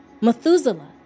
Methuselah